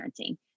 parenting